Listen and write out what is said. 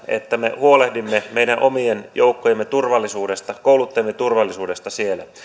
että me huolehdimme meidän omien joukkojemme turvallisuudesta kouluttajiemme turvallisuudesta siellä